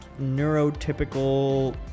neurotypical